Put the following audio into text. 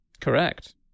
Correct